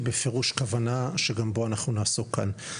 בפירוש כוונה שגם פה אנחנו נעסוק כאן.